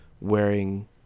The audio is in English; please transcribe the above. wearing